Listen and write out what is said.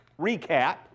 recap